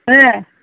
ए